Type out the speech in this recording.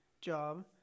job